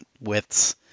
widths